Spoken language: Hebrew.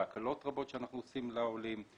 בהקלות רבות שאנחנו עושים לעולים,